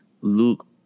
Luke